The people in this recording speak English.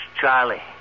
Charlie